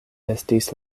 estis